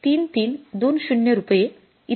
3320 रुपये इतका आहे